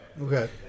Okay